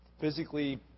Physically